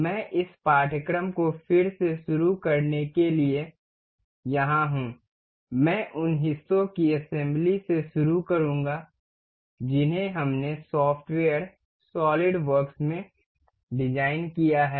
मैं इस पाठ्यक्रम को फिर से शुरू करने के लिए यहां हूं मैं उन हिस्सों की असेंबली से शुरू करूँगा जिन्हें हमने सॉफ्टवेयर सॉलिडवर्क्स में डिजाइन किया है